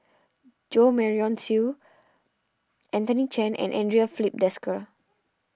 Jo Marion Seow Anthony Chen and andre Filipe Desker